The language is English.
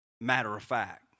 matter-of-fact